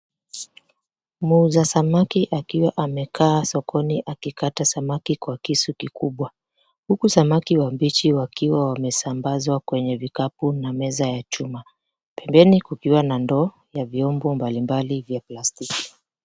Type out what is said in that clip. Muuza samaki akiwa amekaa sokoni akikata samaki kwa kisu kikubwa. Huku samaki wabichi wakiwa wamesambazwa kwenye vikapu na meza ya chuma. Pembeni kukiwa na ndoo ya vyombo mbalimbali vya plastiki.